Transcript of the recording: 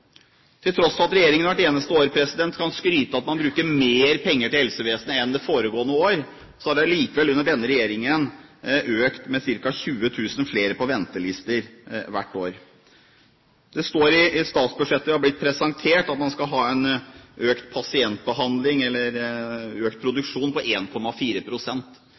Til tross for at regjeringen hvert eneste år kan skryte av at man bruker mer penger på helsevesenet enn i det foregående år, har allikevel antall pasienter på ventelister under denne regjeringen økt med ca. 20 000 flere hvert år. Det står i statsbudsjettet og har blitt presentert at man skal ha en økt pasientbehandling, eller økt produksjon, på 1,4 pst. Det er en